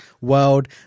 world